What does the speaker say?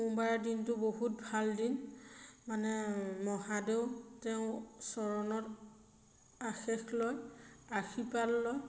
সোমবাৰৰ দিনটো বহুত ভাল দিন মানে মহাদেউ তেওঁ চৰণত আশিস লয় আশীৰ্বাদ লয়